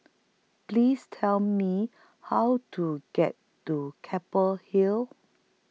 Please Tell Me How to get to Keppel Hill